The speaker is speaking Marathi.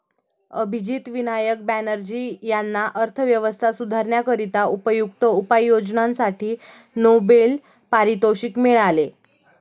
अभिजित विनायक बॅनर्जी यांना अर्थव्यवस्था सुधारण्याकरिता उपयुक्त उपाययोजनांसाठी नोबेल पारितोषिक मिळाले